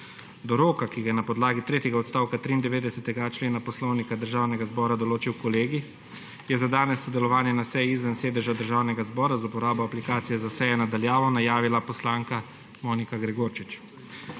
Do roka, ki ga je na podlagi tretjega odstavka 93.a člena Poslovnika Državnega zbora določil Kolegij, je za danes sodelovanje na seji izven sedeža Državnega zbora z uporabo aplikacije za seje na daljavo najavila poslanka Monika Gregorčič.